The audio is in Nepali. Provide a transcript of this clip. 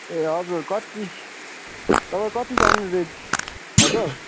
ए हजुर कति तपाईँ कतिसम्म रेन्ज हजुर